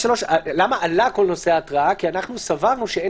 למה עלה כל נושא ההתרעה - כי סברנו שאין